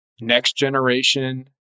next-generation